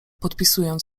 podpisując